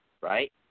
right